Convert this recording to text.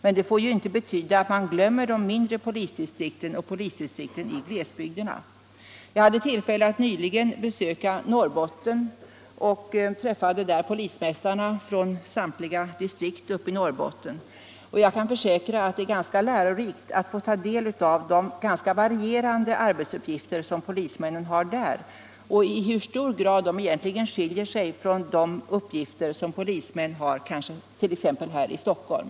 Men det får ju inte betyda att man glömmer de mindre polisdistrikten och polisdistrikten i glesbygderna. Jag hade nyligen tillfälle att besöka Norrbotten och träffade där polismästarna i samtliga polisdistrikt i Norrbotten. Jag kan försäkra att det är lärorikt att ta del av de ganska varierande arbetsuppgifter som polismännen har där och konstatera i hur hög grad de skiljer sig från de uppgifter som polismän har t.ex. här i Stockholm.